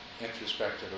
introspective